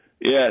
yes